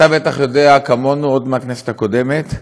אתה בטח יודע כמונו, עוד מהכנסת הקודמת,